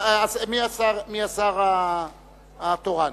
מי השר התורן?